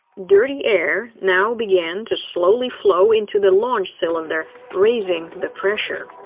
dirty air now began to slowly flow into the launch cylinder, raising the pressure.